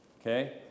Okay